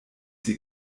sie